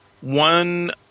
one